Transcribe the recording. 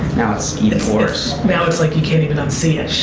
now, it's even worse. now it's like you can't even un-see it.